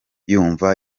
yumva